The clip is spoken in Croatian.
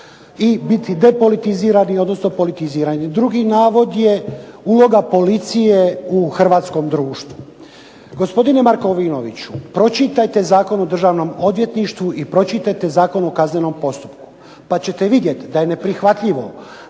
i biti depolitizirani, odnosno politizirani. Drugi navod je uloga policije u hrvatskom društvu. Gospodine Markovinoviću, pročitajte Zakon o državnom odvjetništvu i pročitajte Zakon o kaznenom postupku, pa ćete vidjeti da je neprihvatljivo